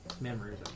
memories